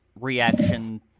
reaction